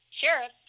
sheriff